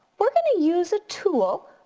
we're gonna use a tool,